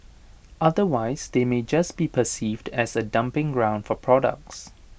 otherwise they may just be perceived as A dumping ground for products